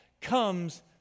comes